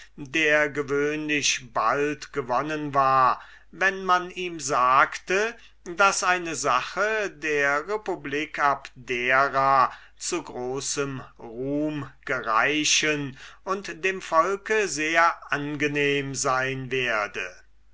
der gewöhnlich bald gewonnen war wenn man ihm sagte daß eine sache der republik abdera zu großem ruhm gereichen und dem volk sehr angenehm sein werde